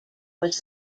was